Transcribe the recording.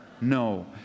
No